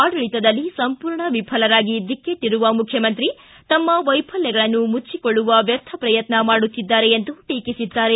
ಆಡಳಿತದಲ್ಲಿ ಸಂಪೂರ್ಣ ವಿಫಲರಾಗಿ ದಿಕ್ಕೆಟ್ಟರುವ ಮುಖ್ಯಮಂತ್ರಿ ತಮ್ಮ ವೈಫಲ್ಯಗಳನ್ನು ಮುಚ್ಚಿಕೊಳ್ಳುವ ವ್ಯರ್ಥಪ್ರಯತ್ನ ಮಾಡುತ್ತಿದ್ದಾರೆ ಎಂದು ಟೀಕಿಸಿದ್ದಾರೆ